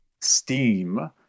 Steam